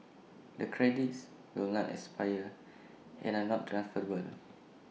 the credits will not expire and are not transferable